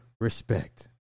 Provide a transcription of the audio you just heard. respect